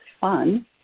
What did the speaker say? fun